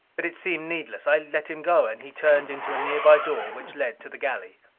but it seemed needless. i let him go, and he turned into a nearby door which led to the galley.